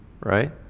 right